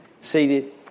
seated